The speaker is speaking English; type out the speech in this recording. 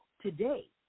today